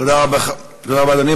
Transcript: תודה רבה, אדוני.